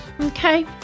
Okay